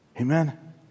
Amen